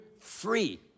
free